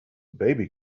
baby